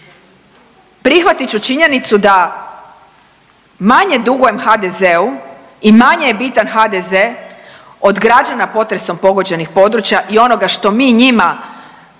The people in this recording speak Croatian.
Prihvatit ću činjenicu da manje dugujem HDZ-u i manje je bitan HDZ od građana potresom pogođenih područja i onoga što mi njima,